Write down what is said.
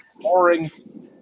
boring